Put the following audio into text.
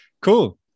Cool